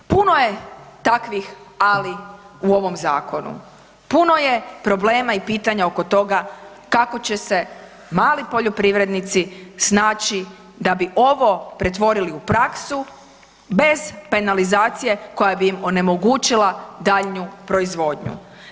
Puno je takvih ali u ovom zakonu, puno je problema i pitanja oko toga kako će se mali poljoprivrednici snaći da bi ovo pretvorili u praksu bez penalizacije koja bi im onemogućila daljnju proizvodnju.